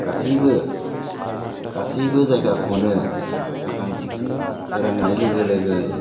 गासैबो जायगाखौनो साखोन सिखोन सोरांनाय लोगो लोगो